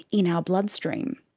in our bloodstream.